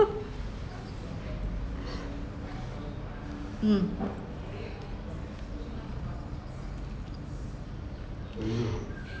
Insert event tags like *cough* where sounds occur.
*laughs* mm